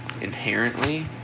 inherently